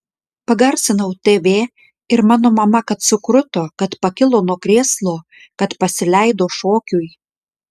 pagarsinau tv ir mano mama kad sukruto kad pakilo nuo krėslo kad pasileido šokiui